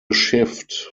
shift